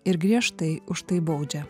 ir griežtai už tai baudžia